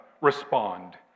respond